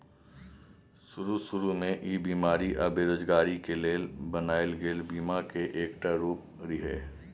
शरू शुरू में ई बेमारी आ बेरोजगारी के लेल बनायल गेल बीमा के एकटा रूप रिहे